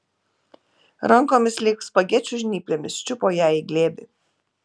rankomis lyg spagečių žnyplėmis čiupo ją į glėbį